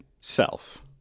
Self